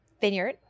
vineyard